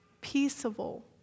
peaceable